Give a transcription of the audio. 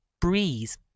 breeze